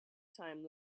time